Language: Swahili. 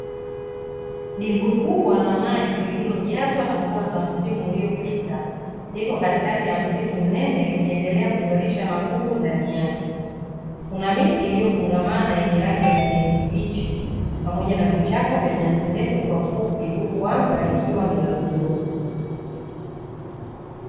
Dimbwi kubwa la maji lililojazwa na mvua za msimu uliopita liko katikati ya msitu mnene likiendelea kuzalisha magugu, ndani yake kuna miti iliyofungamana yenye rangi ya kijani kibichi pamoja na vichaka vya nyasi ndefu kwa fupi huku wanga likiwa ni la bluu.